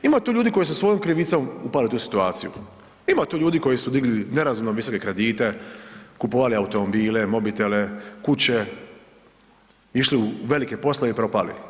Ima tu ljudi koji su svojom krivicom upali u tu situaciju, ima tu ljudi koji su digli, nerazumno … [[Govornik se ne razumije]] kredite, kupovali automobile, mobitele, kuće, išli u velike poslove i propali.